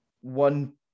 one